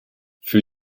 für